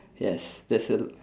yes there's a